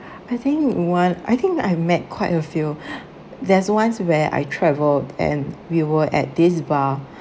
I think one I think I met quite a few there's ones where I travel and we were at this bar